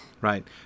Right